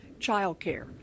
childcare